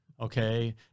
okay